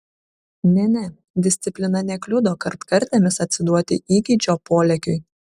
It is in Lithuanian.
ne ne disciplina nekliudo kartkartėmis atsiduoti įgeidžio polėkiui